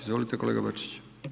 Izvolite kolega Bačić.